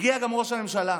הגיע גם ראש הממשלה,